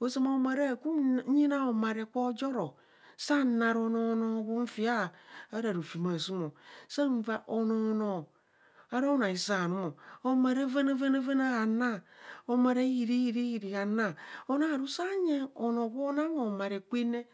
ozuma aakum, nyina homare kwo jo ro saan naa onoo noobhun fia ara rofem aasum saa vaa anoo noo hanaa homare ihiri ihiri ihiri hanasa anaa ru sanyeng onoo gwo nang homora kwen ne